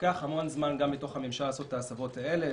לוקח המון זמן בתוך הממשלה לעשות את ההסבות האלה,